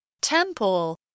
Temple